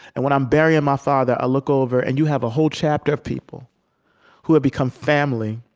and when i'm burying my father, i look over, and you have a whole chapter of people who have become family,